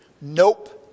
Nope